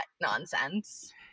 nonsense